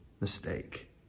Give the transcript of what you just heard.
mistake